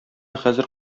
хәзер